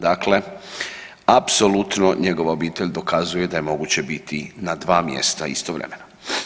Dakle, apsolutno njegova obitelj dokazuje da je moguće biti na dva mjesta istovremeno.